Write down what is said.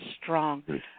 strong